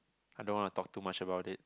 I don't want to talk too much about it